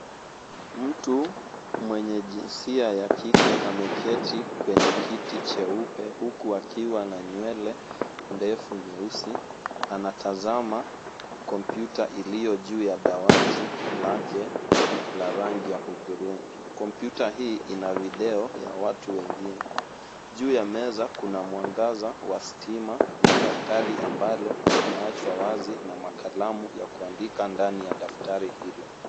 Mtu, mwenye jinsia ya kike ameketi kwenye kiti cheupe huku akiwa na nywele ndefu nyeusi. Anatazama kompyuta iliyo juu ya dawati lake la rangi ya hudhurungi. Kompyuta hii ina video ya watu wengine. Juu ya meza, kuna mwangaza wa stima na daftari ambalo linaachwa wazi na makalamu ya kuandika ndani ya daftari hilo.